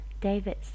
David